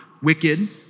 wicked